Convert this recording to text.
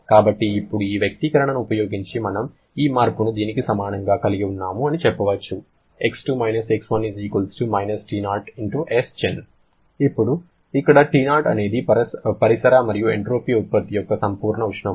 కాబట్టి ఇప్పుడు ఈ వ్యక్తీకరణను ఉపయోగించి మనము ఈ మార్పును దీనికి సమానంగా కలిగి ఉన్నాము అని చెప్పవచ్చు X2 - X1 -T0 Sgen ఇప్పుడు ఇక్కడ T0 అనేది పరిసర మరియు ఎంట్రోపీ ఉత్పత్తి యొక్క సంపూర్ణ ఉష్ణోగ్రత